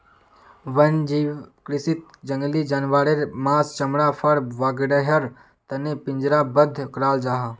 वन्यजीव कृषीत जंगली जानवारेर माँस, चमड़ा, फर वागैरहर तने पिंजरबद्ध कराल जाहा